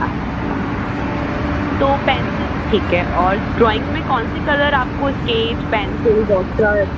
अच्छा तो पेंसिल ठीक है और ड्रॉइंग में कौन से कलर आपको इस्केच पेंसिल वॉटर